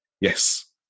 Yes